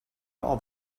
all